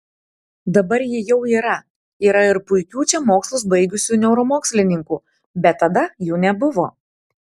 dabar ji jau yra yra ir puikių čia mokslus baigusių neuromokslininkų bet tada jų nebuvo